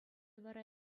вара